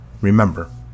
remember